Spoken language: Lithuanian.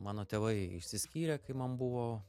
mano tėvai išsiskyrė kai man buvo